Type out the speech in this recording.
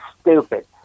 stupid